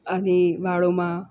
અને વાળોમાં